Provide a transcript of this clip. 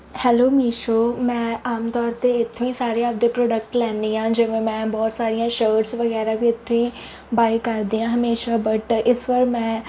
hello Meesho ਮੈਂ ਆਮ ਤੌਰ 'ਤੇ ਇੱਥੋਂ ਹੀ ਸਾਰੇ ਆਪਦੇ ਪ੍ਰੋਡਕਟ ਲੈਂਦੀ ਹਾਂ ਜਿਵੇਂ ਮੈਂ ਬਹੁਤ ਸਾਰੀਆਂ ਸ਼ਰਟਸ ਵਗੈਰਾ ਵੀ ਉੱਥੋਂ ਹੀ ਬਾਏ ਕਰਦੀ ਹਾਂ ਹਮੇਸ਼ਾ ਬੱਟ ਇਸ ਵਾਰ ਮੈਂ